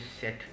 set